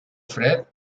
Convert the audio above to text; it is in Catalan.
fred